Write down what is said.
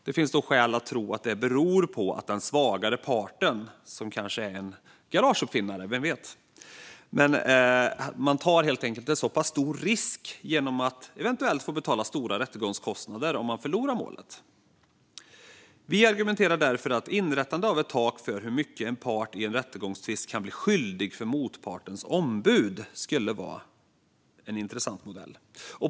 Det finns skäl att tro att det beror på att den svagare parten - kanske en garageuppfinnare, vem vet - tar en stor risk genom att eventuellt få betala stora rättegångskostnader om man förlorar målet. Vi argumenterar därför för att inrättandet av ett tak för hur mycket en part i en rättegångstvist kan bli skyldig för motpartens ombud skulle vara en intressant modell.